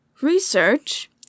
research